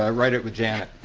ah write it with janet.